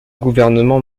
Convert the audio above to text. gouvernement